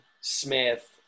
Smith